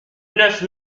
neuf